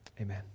Amen